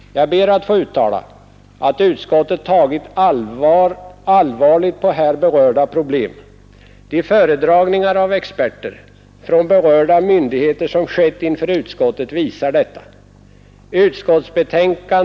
Jag ber att få uttala att utskottet tagit allvarligt på här berörda problem. De föredragningar av experter från berörda myndigheter som skett inför utskottet visar detta.